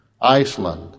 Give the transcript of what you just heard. Iceland